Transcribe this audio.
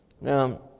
Now